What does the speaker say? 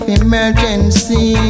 emergency